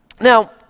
Now